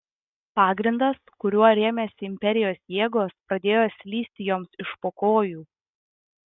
pagrindas kuriuo rėmėsi imperijos jėgos pradėjo slysti joms iš po kojų